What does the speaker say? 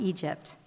Egypt